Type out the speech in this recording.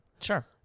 sure